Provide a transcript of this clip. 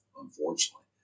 unfortunately